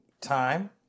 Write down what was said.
time